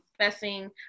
confessing